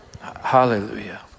Hallelujah